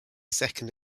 second